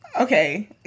Okay